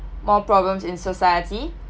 more problems in society